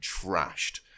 trashed